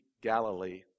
Galilee